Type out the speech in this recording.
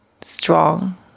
strong